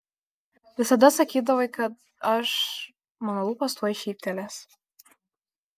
visada sakydavai kad aš mano lūpos tuoj šyptelės